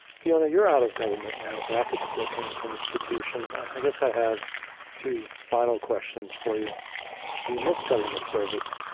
fiona, you're out of government now, back at the brookings institution, i guess i have two final questions for you do you miss government service?